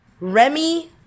Remy